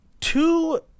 two